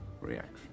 reaction